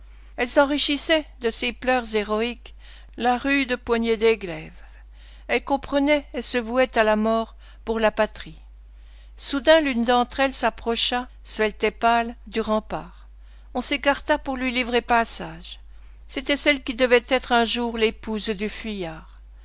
elles enrichissaient de ces pleurs héroïques la rude poignée des glaives elles comprenaient et se vouaient à la mort pour la patrie soudain l'une d'entre elles s'approcha svelte et pâle du rempart on s'écarta pour lui livrer passage c'était celle qui devait être un jour l'épouse du fuyard